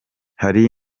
hari